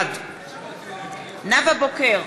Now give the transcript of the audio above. בעד נאוה בוקר,